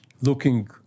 looking